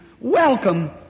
Welcome